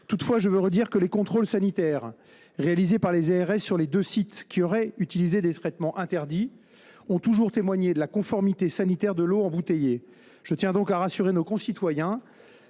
Toutefois, je veux redire que les contrôles sanitaires réalisés par les ARS sur les deux sites qui auraient utilisé des traitements interdits ont toujours témoigné de la conformité sanitaire de l’eau embouteillée. Je tiens donc à rassurer nos concitoyens